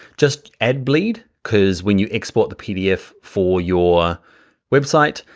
just add bleed, cuz when you export the pdf for your website,